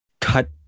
cut